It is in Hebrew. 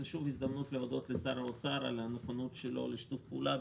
זו שוב הזדמנות להודות לשר האוצר על הנכונות שלו לשיתוף פעולה.